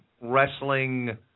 wrestling